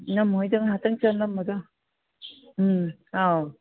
ꯏꯅꯝꯃ ꯍꯣꯏꯗ ꯉꯥꯏꯍꯥꯛꯇꯪ ꯆꯪꯉꯝꯃꯒ ꯎꯝ ꯑꯥꯎ